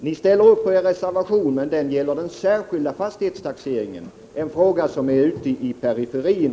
Ni står bakom er reservation, men den gäller den särskilda fastighetstaxeringen, en fråga som ligger i periferin.